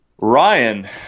ryan